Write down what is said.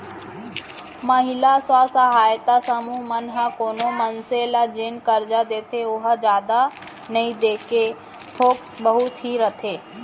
महिला स्व सहायता समूह मन ह कोनो मनसे ल जेन करजा देथे ओहा जादा नइ देके थोक बहुत ही रहिथे